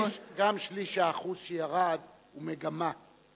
גם שליש האחוז שירד הוא מגמה.